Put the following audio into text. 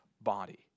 body